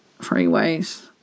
freeways